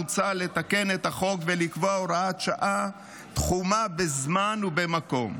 מוצע לתקן את החוק ולקבוע הוראת שעה תחומה בזמן ובמקום,